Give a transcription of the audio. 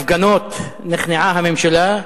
הפגנות, הממשלה.